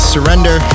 Surrender